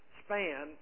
span